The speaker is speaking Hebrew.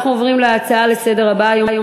נעבור להצעות לסדר-היום בנושא: יום